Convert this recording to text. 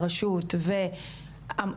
עם הרשות לזכויות ניצולי השואה,